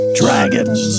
dragons